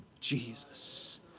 Jesus